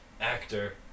actor